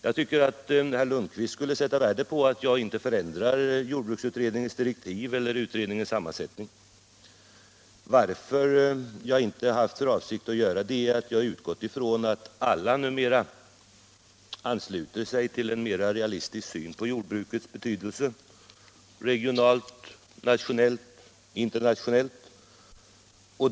Jag tycker att herr Lundkvist skulle sätta värde på att jag inte förändrar jordbruksutredningens direktiv eller sammansättning. Att jag inte haft för avsikt att göra det beror på att jag utgår från att alla numera ansluter sig till en mer realistisk syn på jordbrukets betydelse regionalt, nationellt och internationellt.